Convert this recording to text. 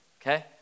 okay